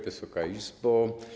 Wysoka Izbo!